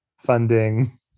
funding